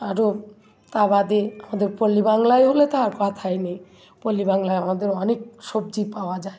আরো তা বাদে আমাদের পল্লি বাংলায় হলে তো আর কথাই নেই পল্লি বাংলায় আমাদের অনেক সবজি পাওয়া যায়